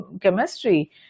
chemistry